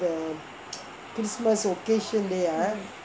christmas occasion day ah